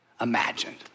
imagined